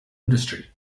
industry